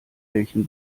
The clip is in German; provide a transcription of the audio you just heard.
welchen